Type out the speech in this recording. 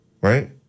Right